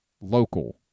local